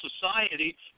society